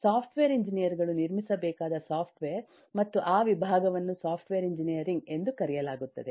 software engineer ಗಳು ನಿರ್ಮಿಸಬೇಕಾದ software ಮತ್ತು ಆ ವಿಭಾಗವನ್ನು ಸಾಫ್ಟ್ವೇರ್ ಎಂಜಿನಿಯರಿಂಗ್ ಎಂದು ಕರೆಯಲಾಗುತ್ತದೆ